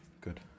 Good